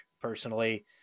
personally